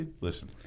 listen